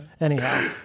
anyhow